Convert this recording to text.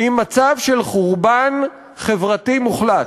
היא מצב של חורבן חברתי מוחלט.